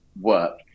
work